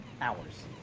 Hours